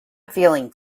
feeling